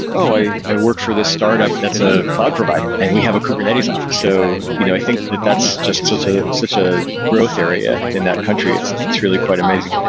oh! i i work for this startup that's a cloud provider and we have a kubernetes offer. so you know i think that that's just such a such a growth area in that country. it's it's really quite amazing.